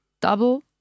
double